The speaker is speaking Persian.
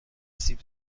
سیب